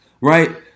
right